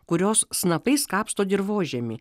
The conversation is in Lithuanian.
kurios snapais kapsto dirvožemį